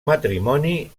matrimoni